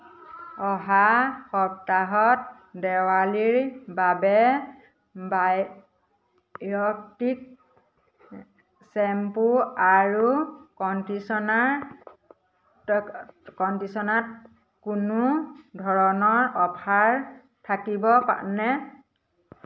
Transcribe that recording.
অহা সপ্তাহত দেৱালীৰ বাবে বায়'টিক শ্বেম্পু আৰু কণ্ডিচনাৰ কণ্ডিচনাৰ কোনো ধৰণৰ অ'ফাৰ থাকিবনে